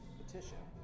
petition